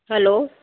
hello